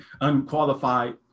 unqualified